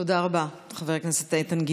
תודה רבה, חבר הכנסת גינזבורג.